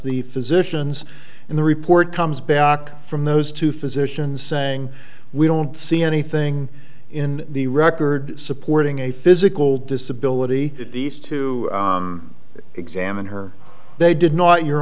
the physicians and the report comes back from those two physicians saying we don't see anything in the record supporting a physical disability at least to examine her they did not your